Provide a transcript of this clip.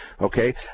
Okay